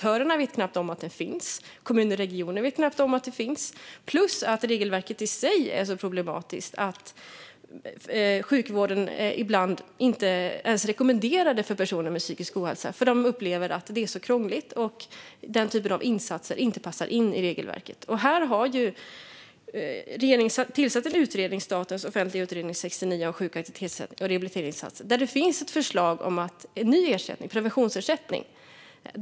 Aktörerna vet knappt om att den finns, och kommuner och regioner vet knappt om att den finns, plus att regelverket i sig är problematiskt. Sjukvården rekommenderar den ibland inte ens för personer med psykisk ohälsa därför att de upplever att det är så krångligt och att den typen av insatser inte passar in i regelverket. Regeringen har tillsatt en utredning om sjuk och aktivitetsersättningen, SOU 2021:69, där det finns ett förslag om en ny ersättning, preventionsersättning.